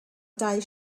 dau